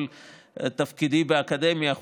כל תפקידי באקדמיה,